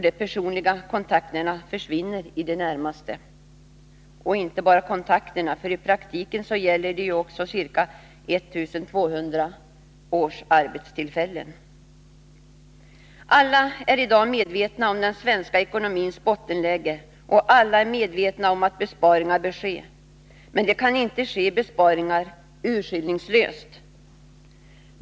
De personliga kontakterna försvinner i det närmaste. Och inte bara kontakterna, för i praktiken gäller det också ca 1200 årsarbetstillfällen. Alla är i dag medvetna om den svenska ekonomins bottenläge och alla är medvetna om att besparingar bör ske, men besparingar kan inte ske urskillningslöst.